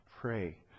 pray